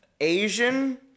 Asian